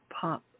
Pop